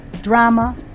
drama